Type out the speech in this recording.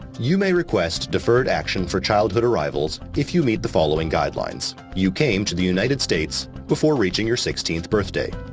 you may request deferred action for childhood arrivals if you meet the following guidelines you came to the united states before reaching your sixteenth birthday.